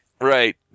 Right